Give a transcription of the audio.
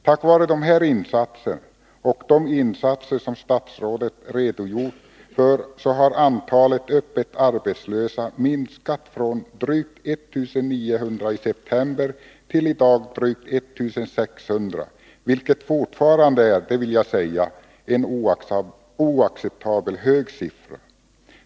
Tack vare dessa insatser och de insatser som statsrådet har redogjort för har antalet öppet arbetslösa minskat från drygt 1 900 i september förra året till drygt 1 600i dag. Det är fortfarande, det vill jag säga, en oacceptabelt hög siffra.